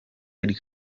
eddy